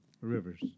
Rivers